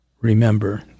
Remember